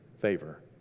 Favor